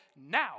now